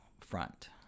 front